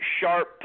sharp